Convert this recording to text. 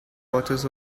watches